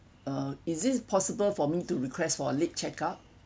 uh is it possible for me to request for a late check out